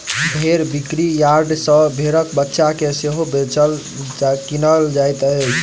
भेंड़ बिक्री यार्ड सॅ भेंड़क बच्चा के सेहो बेचल, किनल जाइत छै